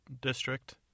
district